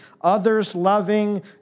others-loving